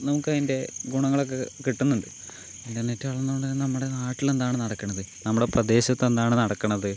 നമുക്കതിൻ്റെ ഗുണങ്ങളൊക്കെ കിട്ടുന്നുണ്ട് ഇൻ്റർനെറ്റ് വളർന്നതുകൊണ്ട് തന്നെ നമ്മുടെ നാട്ടിൽ എന്താണ് നടക്കണത് നമ്മുടെ പ്രദേശത്തെന്താണ് നടക്കണത്